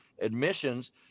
admissions